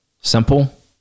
Simple